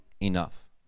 enough